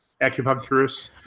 acupuncturist